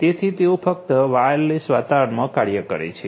તેથી તેઓ ફક્ત વાયરલેસ વાતાવરણમાં કાર્ય કરે છે